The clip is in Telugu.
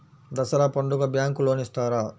దసరా పండుగ బ్యాంకు లోన్ ఇస్తారా?